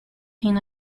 him